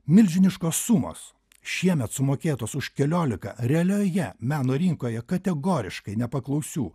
milžiniškos sumos šiemet sumokėtos už keliolika realioje meno rinkoje kategoriškai nepaklausių